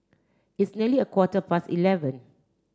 its nearly a quarter past eleven